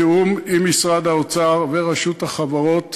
בתיאום עם משרד האוצר ורשות החברות